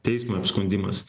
teismui apskundimas